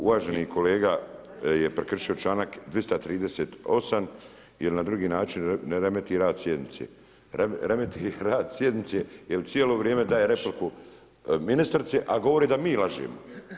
Uvaženi kolega je prekršio članak 238. jer na drugi način … rad sjednice, remeti rad sjednice jer cijelo vrijeme daje repliku ministrici a govori da mi lažemo.